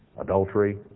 adultery